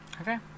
Okay